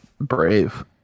Brave